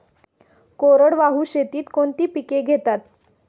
कोरडवाहू शेतीत कोणती पिके घेतात?